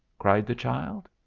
cried the child.